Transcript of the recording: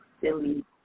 silly